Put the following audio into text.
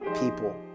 people